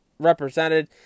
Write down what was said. Represented